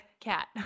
cat